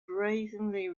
brazenly